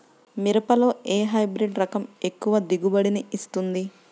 మిరపలో ఏ హైబ్రిడ్ రకం ఎక్కువ దిగుబడిని ఇస్తుంది?